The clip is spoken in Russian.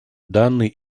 данные